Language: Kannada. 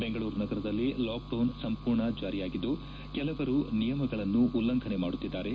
ಬೆಂಗಳೂರು ನಗರದಲ್ಲಿ ಲಾಕ್ ಡೌನ್ ಸಂಪೂರ್ಣ ಜಾರಿಯಾಗಿದ್ದು ಕೆಲವರು ನಿಯಮಗಳನ್ನು ಉಲ್ಲಂಘನೆ ಮಾಡುತ್ತಿದ್ದಾರೆ